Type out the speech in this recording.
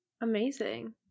Amazing